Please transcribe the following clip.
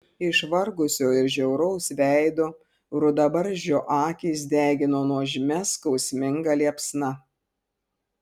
išvargusio ir žiauraus veido rudabarzdžio akys degino nuožmia skausminga liepsna